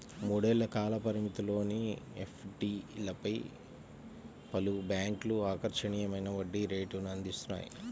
మూడేళ్ల కాల పరిమితిలోని ఎఫ్డీలపై పలు బ్యాంక్లు ఆకర్షణీయ వడ్డీ రేటును అందిస్తున్నాయి